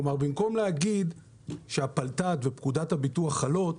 כלומר, במקום להגיד שהפלת"ד ופקודת הביטוח חלות,